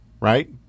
right